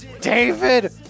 David